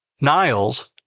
Niles